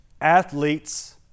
athletes